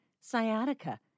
sciatica